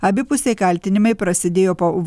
abipusiai kaltinimai prasidėjo po